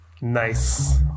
Nice